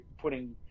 putting